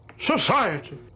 Society